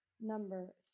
number